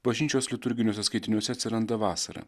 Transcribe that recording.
bažnyčios liturginiuose skaitiniuose atsiranda vasarą